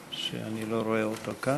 שאני לא רואה אותו כאן.